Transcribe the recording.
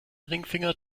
ringfinger